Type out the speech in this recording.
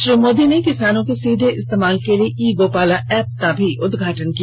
श्री मोदी ने किसानों के सीधे इस्तेमाल के लिए ई गोपाला ऐप का भी उद्घाटन किया